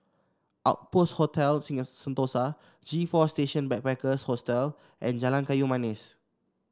Outpost Hotel Sentosa G Four Station Backpackers Hostel and Jalan Kayu Manis